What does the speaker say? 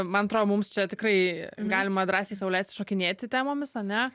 man atrodo mums čia tikrai galima drąsiai sau leisti šokinėti temomis ane